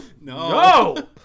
No